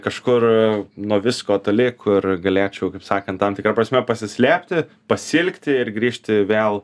kažkur nuo visko toli kur galėčiau kaip sakant tam tikra prasme pasislėpti pasiilgti ir grįžti vėl